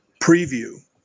preview